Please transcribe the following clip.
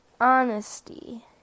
honesty